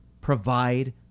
Provide